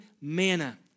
manna